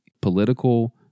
political